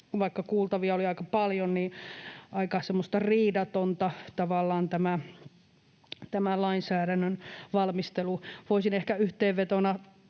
vaikka kuultavia oli aika paljon, niin aika semmoista riidatonta tavallaan tämän lainsäädännön valmistelu oli. Voisin ehkä yhteenvetona